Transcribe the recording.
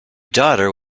daughter